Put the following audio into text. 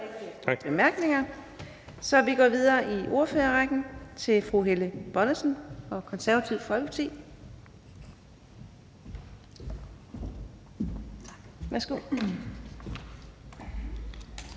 Vi går videre i ordførerrækken til fru Helle Bonnesen fra Det Konservative Folkeparti.